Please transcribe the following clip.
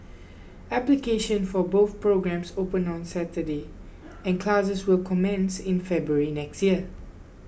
application for both programmes opened on Saturday and classes will commence in February next year